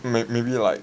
maybe maybe like